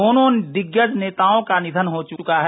दोनों दिग्गज नेताओं का निधन हो चुका है